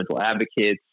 advocates